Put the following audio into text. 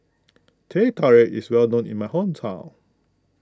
Teh Tarik is well known in my hometown